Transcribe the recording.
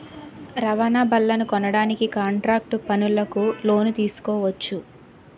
రవాణా బళ్లనుకొనడానికి కాంట్రాక్టు పనులకు లోను తీసుకోవచ్చు